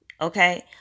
Okay